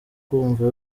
kumva